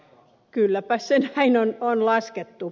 kylläpäs se näin on laskettu